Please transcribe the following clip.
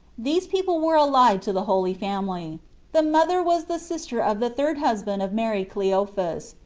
these people were allied to the holy family the mother was the sister of the third husband of mary cleophas,